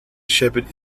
shepard